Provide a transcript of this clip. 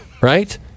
Right